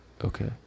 Okay